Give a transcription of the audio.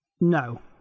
No